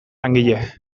langile